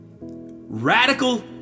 Radical